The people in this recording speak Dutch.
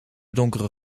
donkere